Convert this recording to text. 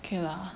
okay lah